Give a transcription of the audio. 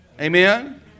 Amen